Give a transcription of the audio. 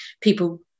people